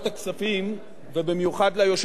ובמיוחד ליושב-ראש הרב גפני,